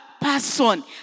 person